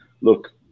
look